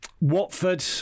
Watford